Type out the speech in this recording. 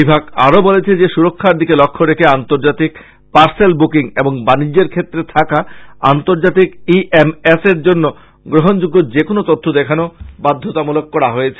বিভাগ আর ও বলেছে যে সুরক্ষার দিকে লক্ষ্য রেখে আন্তর্জাতিক পার্সেল বুকিং বা বানিজ্যের ক্ষেত্রে থাকা আন্তর্জাতিক ই এম এসের জন্য গ্রহনযোগ্য যেকোন তথ্য দেখানো বাধ্যতামূলক করা হয়েছে